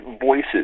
voices